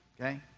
okay